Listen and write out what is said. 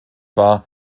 war